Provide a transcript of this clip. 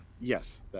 yes